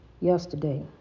yesterday